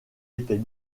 était